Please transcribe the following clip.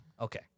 Okay